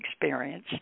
experience